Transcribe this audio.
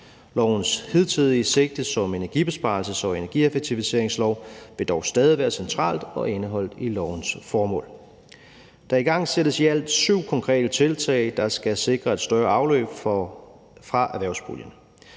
Lovens hidtidige sigte som energibesparelses- og energieffektiviseringslov vil dog stadig være centralt og indeholdt i lovens formål. Der igangsættes i alt syv konkrete tiltag, der skal sikre et større afløb fra erhvervspuljen.